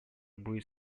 будет